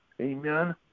Amen